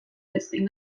ezin